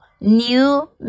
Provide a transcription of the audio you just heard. new